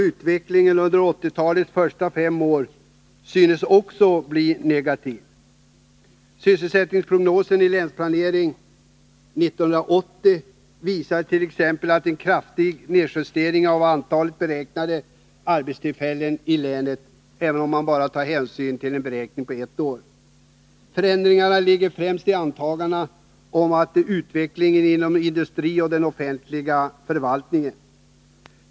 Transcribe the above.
Utvecklingen under 1980-talets första fem år synes också bli negativ. Sysselsättningsprognosen i Länsplanering 81 visar t.ex. en kraftig nedjustering av antalet beräknade arbetstillfällen i länet, även om beräkningen gäller bara ett år. Förändringen ligger främst i antagandena om utvecklingen inom industri och offentlig förvaltning.